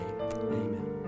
Amen